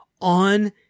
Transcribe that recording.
on